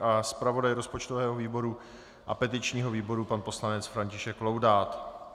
a zpravodaj rozpočtového výboru a petičního výboru pan poslanec František Laudát.